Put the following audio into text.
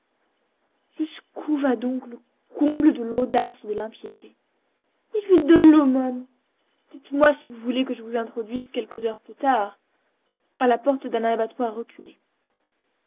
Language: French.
jusqu'où va donc le comble de l'audace et de l'impiété il lui donne l'aumône dites-moi si vous voulez que je vous introduise quelques heures plus tard à la porte d'un abattoir reculé